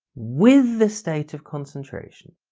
with the state of concentration